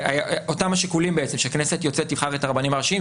אותם שיקולים בעצם שכנסת יוצאת תבחר את הרבנים הראשיים,